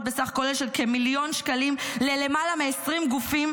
בסך כולל של כמיליון שקלים ליותר מ-20 גופים,